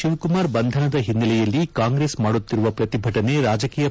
ಶಿವಕುಮಾರ್ ಬಂಧನದ ಹಿನ್ನೆಲೆಯಲ್ಲಿ ಕಾಂಗ್ರೆಸ್ ಮಾಡುತ್ತಿರುವ ಪ್ರತಿಭಟನೆ ರಾಜಕೀಯ ದಿ